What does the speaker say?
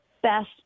best